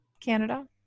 Canada